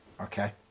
Okay